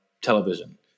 television